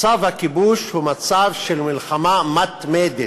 מצב הכיבוש הוא מצב של מלחמה מתמדת,